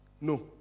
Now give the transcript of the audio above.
No